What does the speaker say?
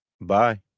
Bye